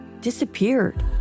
disappeared